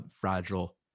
fragile